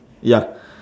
ya